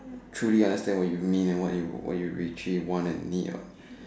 truly understand what you mean what you what you actually want and mean ah